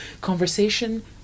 conversation